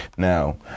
now